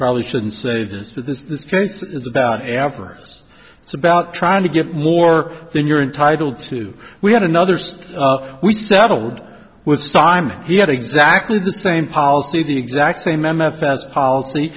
probably shouldn't say this but this is about avarice it's about trying to get more than you're entitle to we had another so we settled with simon he had exactly the same policy the exact same m f s policy